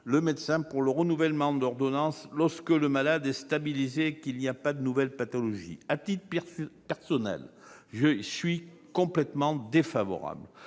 le médecin pour le renouvellement d'ordonnance, lorsque le malade est stabilisé et qu'il n'a pas de nouvelles pathologies. À titre personnel, j'y suis absolument défavorable,